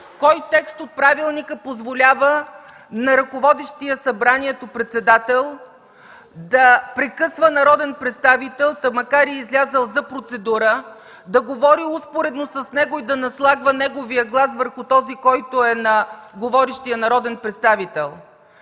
Кой текст от правилника позволява на ръководещия Събранието председател да прекъсва народен представител, та макар и излязъл за процедура, да говори успоредно с него и да наслагва своя глас на този на говорещия народен представител?